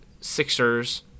Sixers